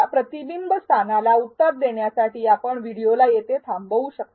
या प्रतिबिंब स्थानाला उत्तर देण्यासाठी आपण व्हिडिओला येथे थांबवू शकता